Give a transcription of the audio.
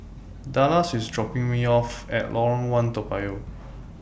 Dallas IS dropping Me off At Lorong one Toa Payoh